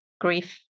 grief